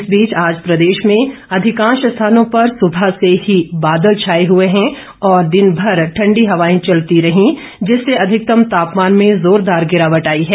इस बीच आज प्रदेश में अधिकांश स्थानों पर सुबह से ही बादल छाए हुए हैं और दिन भर ठंडी हवाए चलती रही जिससे अधिकतम तापमान में जोरदार गिरावट आई है